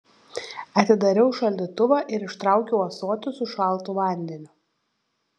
atidariau šaldytuvą ir ištraukiau ąsotį su šaltu vandeniu